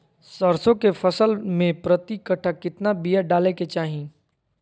सरसों के फसल में प्रति कट्ठा कितना बिया डाले के चाही?